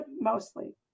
mostly